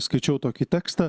skaičiau tokį tekstą